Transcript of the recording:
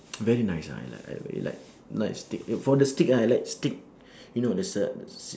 very nice ah I like I really like like steak for the steak ah I like steak you know there's a s~